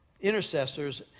intercessors